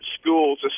schools